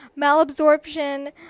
Malabsorption